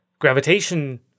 Gravitation